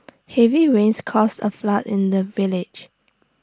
heavy rains caused A flood in the village